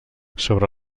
sobre